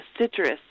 citrus